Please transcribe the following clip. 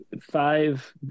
five